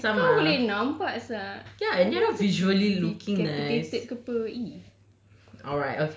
and some are nice and some are ya and they're not visually looking nice